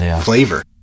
flavor